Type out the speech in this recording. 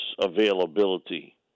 availability